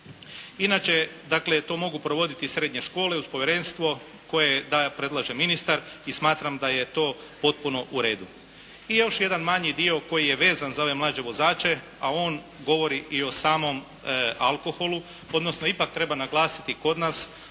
Inače to mogu provoditi srednje škole uz povjerenstvo koje predlaže ministar i smatram da je to potpuno u redu. I još jedan manji dio koji je vezan za ove mlađe vozače a on govori i o samom alkoholu odnosno ipak treba naglasiti kod nas